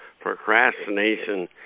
procrastination